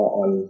on